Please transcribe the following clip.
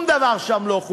השלום-בית לא שלום-בית,